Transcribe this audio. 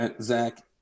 Zach